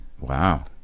Wow